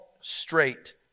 straight